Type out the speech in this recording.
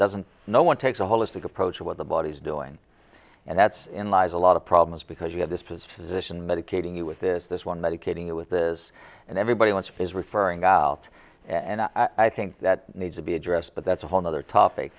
doesn't no one takes a holistic approach to what the body is doing and that's in lies a lot of problems because you have this position medicating you with this this one medicating it with this and everybody wants is referring out and i think that needs to be addressed but that's a whole nother topic